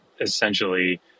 essentially